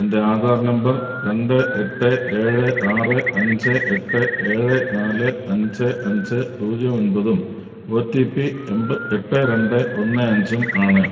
എൻ്റെ ആധാർ നമ്പർ രണ്ട് എട്ട് ഏഴ് ആറ് അഞ്ച് എട്ട് ഏഴ് നാല് അഞ്ച് അഞ്ച് പൂജ്യം ഒൻപതും ഒ റ്റി പി എൺപതെട്ട് രണ്ട് ഒന്ന് അഞ്ചും ആണ്